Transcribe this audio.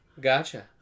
Gotcha